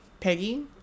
Peggy